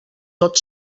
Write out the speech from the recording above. tot